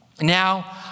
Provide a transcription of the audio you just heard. Now